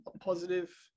positive